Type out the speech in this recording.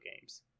games